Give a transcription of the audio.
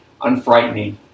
unfrightening